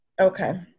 Okay